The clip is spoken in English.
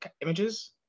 images